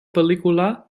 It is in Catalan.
pel·lícula